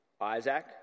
Isaac